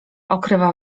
okrywa